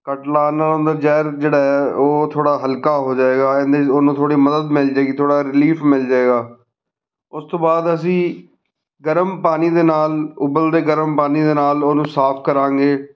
ਕੱਟ ਲਾਉਣ ਨਾਲ ਅੰਦਰ ਜ਼ਹਿਰ ਜਿਹੜਾ ਹੈ ਉਹ ਥੋੜ੍ਹਾ ਹਲਕਾ ਹੋ ਜਾਵੇਗਾ ਇਹਦੇ 'ਚ ਉਹਨੂੰ ਥੋੜ੍ਹੀ ਮਦਦ ਮਿਲ ਜਾਵੇਗੀ ਥੋੜ੍ਹਾ ਰਿਲੀਫ ਮਿਲ ਜਾਵੇਗਾ ਉਸ ਤੋਂ ਬਾਅਦ ਅਸੀਂ ਗਰਮ ਪਾਣੀ ਦੇ ਨਾਲ ਉਬਲਦੇ ਗਰਮ ਪਾਣੀ ਦੇ ਨਾਲ ਉਹਨੂੰ ਸਾਫ਼ ਕਰਾਂਗੇ